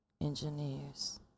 Engineers